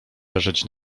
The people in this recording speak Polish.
leżeć